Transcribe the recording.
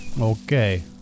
Okay